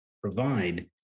provide